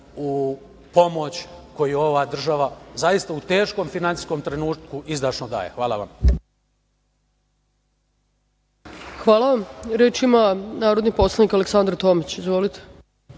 u pomoć koju ovu država zaista u teškom finansijskom trenutku izdašno daje. Hvala vam. **Ana Brnabić** Hvala vam. Reč ima narodni poslanik Aleksandra Tomić. Izvolite.